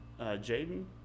Jaden